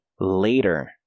later